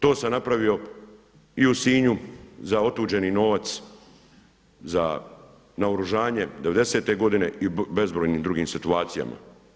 To sam napravio i u Sinju za otuđeni novac, za naoružanje devedesete godine i bezbrojnim drugim situacijama.